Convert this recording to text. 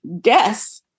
guess